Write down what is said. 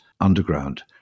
underground